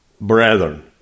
brethren